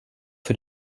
für